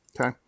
okay